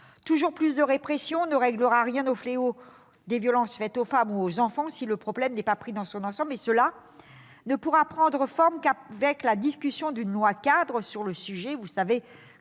Toujours plus de répression ne réglera rien au fléau des violences faites aux femmes ou aux enfants si le problème n'est pas pris dans son ensemble. Or cela ne pourra prendre forme qu'avec la discussion d'un projet de loi-cadre sur le sujet,